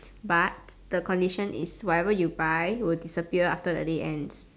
but the condition is whatever you buy will disappear after the day ends